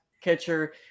catcher